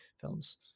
films